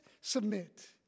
submit